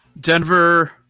Denver